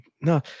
No